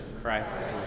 Christ